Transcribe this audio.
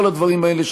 כל הדברים האלה,